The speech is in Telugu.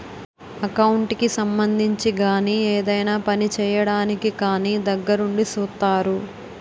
ఎకౌంట్ కి సంబంధించి గాని ఏదైనా పని చేయడానికి కానీ దగ్గరుండి సూత్తారు